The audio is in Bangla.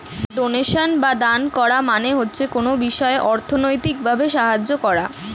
ডোনেশন বা দান করা মানে হচ্ছে কোনো বিষয়ে অর্থনৈতিক ভাবে সাহায্য করা